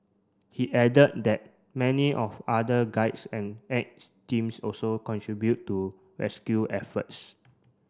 he added that many of other guides and aids teams also contribute to rescue efforts